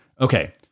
Okay